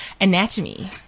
anatomy